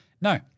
No